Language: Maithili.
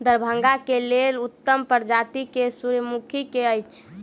दरभंगा केँ लेल उत्तम प्रजाति केँ सूर्यमुखी केँ अछि?